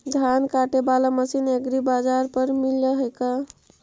धान काटे बाला मशीन एग्रीबाजार पर मिल है का?